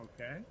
Okay